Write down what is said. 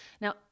now